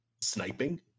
sniping